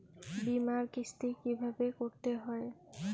বিমার কিস্তি কিভাবে করতে হয়?